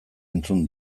entzun